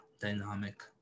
dynamic